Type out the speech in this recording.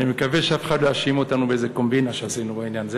אני מקווה שאף אחד לא יאשים אותנו באיזה קומבינה שעשינו בעניין.